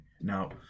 Now